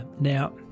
Now